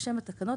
בשם התקנות,